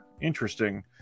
Interesting